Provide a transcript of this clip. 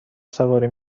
سواری